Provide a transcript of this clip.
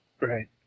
Right